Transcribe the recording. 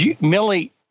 Millie